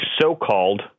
so-called